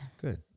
Good